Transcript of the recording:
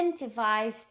incentivized